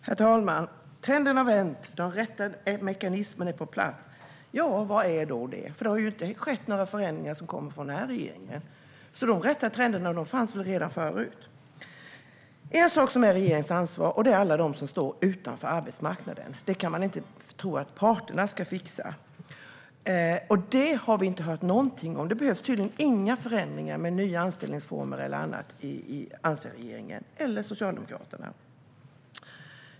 Herr talman! Trenden har vänt. De rätta mekanismerna är på plats. Vad är då det? Det har inte skett några förändringar som kommer från den här regeringen. De rätta trenderna fanns väl redan förut. En sak som är regeringens ansvar är alla de som står utanför arbetsmarknaden. Det kan man inte tro att parterna ska fixa. Det har vi inte hört någonting om. Det behövs tydligen inga förändringar med nya anställningsformer eller annat anser regeringen eller Socialdemokraterna.